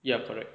ya correct